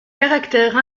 caractère